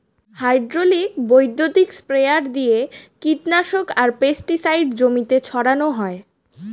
hydraulic বৈদ্যুতিক sprayer দিয়ে কীটনাশক আর পেস্টিসাইড জমিতে ছড়ান হয়